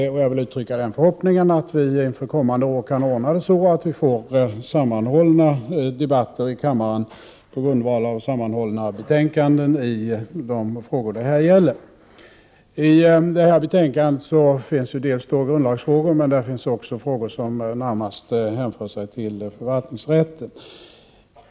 Jag vill uttrycka den förhoppningen att det under kommande år kan anordnas sammanhållna debatter i kammaren på grundval av sammanhållna betänkanden i de frågor som det nu gäller. I detta betänkande behandlas dels grundlagsfrågor, dels frågor som närmast hänför sig till förvaltningsrätten.